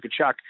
Kachuk –